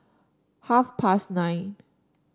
half past nine